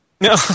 no